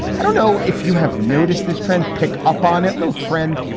i don't know if you have noticed this trend. pick up on it. little trend.